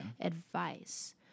advice